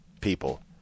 people